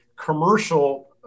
commercial